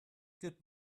good